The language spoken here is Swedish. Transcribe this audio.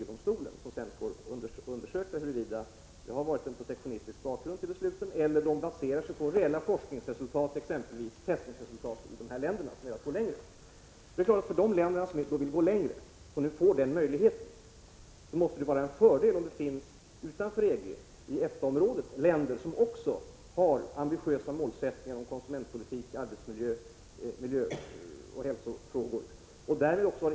1985/86:140 EG-domstolen, som får undersöka huruvida bakgrunden till besluten är 14 maj 1986 protektionistisk eller baserar sig på reella forskningsresultat, exempelvis testningsresultat från de länder som har velat gå längre. För de länder som vill gå längre och som nu får denna möjlighet måste det vara en fördel om det utanför EG, i EFTA-området, finns länder som har ambitiösa målsättningar också när det gäller konsumentpolitik, arbetsmiljö och andra miljöoch hälsofrågor.